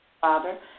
Father